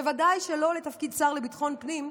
בוודאי שלא לתפקיד שר לביטחון פנים,